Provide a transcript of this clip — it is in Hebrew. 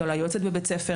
לא ליועצת בבית הספר,